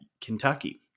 Kentucky